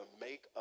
Make